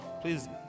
Please